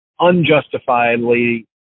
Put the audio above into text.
unjustifiably